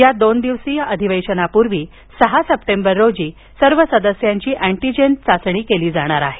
या दोन दिवसीय अधिवेशनापूर्वी सहा सप्टेंबर रोजी सर्व सदस्यांची अँटीजेन चाचणी केली जाणार आहे